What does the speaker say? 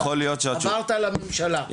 אמרת על הממשלה,